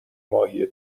ماهی